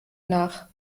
nach